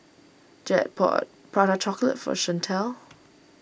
Jed bought Prata Chocolate for Chantelle